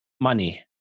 money